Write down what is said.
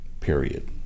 Period